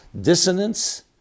dissonance